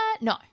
No